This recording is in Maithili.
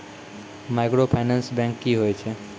माइक्रोफाइनांस बैंक की होय छै?